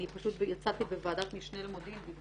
אני יצאתי מוועדת משנה למודיעין ועכשיו עלי לחזור לשם.